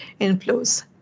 inflows